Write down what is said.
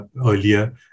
earlier